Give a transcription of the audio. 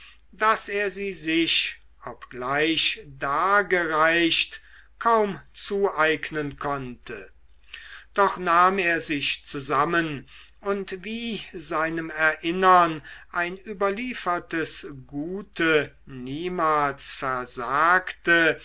daß er sie sich obgleich dargereicht kaum zueignen konnte doch nahm er sich zusammen und wie seinem erinnern ein überliefertes gute niemals versagte